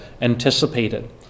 anticipated